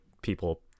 people